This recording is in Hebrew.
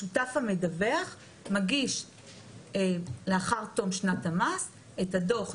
השותף המדווח מגיש לאחר תום שנת המס את הדוח,